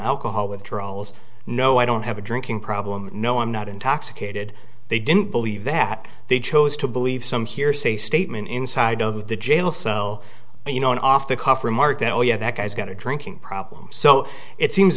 alcohol withdrawals no i don't have a drinking problem no i'm not intoxicated they didn't believe that they chose to believe some hearsay statement inside of the jail cell you know an off the cuff remark that oh yeah that guy's got a drinking problem so it seems